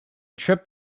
trip